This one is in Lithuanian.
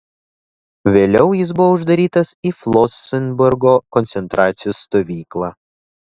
vėliau jis buvo uždarytas į flosenburgo koncentracijos stovyklą